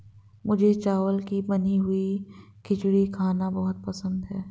मुझे चावल की बनी हुई खिचड़ी खाना बहुत पसंद है